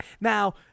now